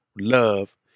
love